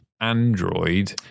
Android